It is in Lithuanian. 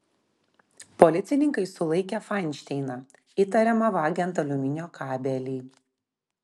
policininkai sulaikė fainšteiną įtariamą vagiant aliuminio kabelį